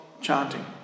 chanting